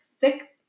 thick